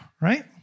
right